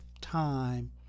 time